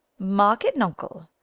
mark it, nuncle.